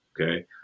okay